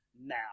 now